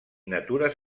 natures